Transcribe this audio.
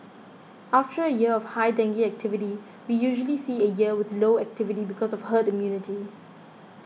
after a year with high dengue activity we usually see a year with low activity because of herd immunity